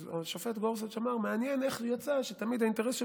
אז השופט גורסץ' אמר: מעניין איך זה יצא שתמיד האינטרס של